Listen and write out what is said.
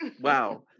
Wow